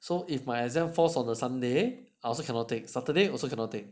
so if my exam falls on a sunday I also cannot take saturday also cannot